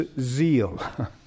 zeal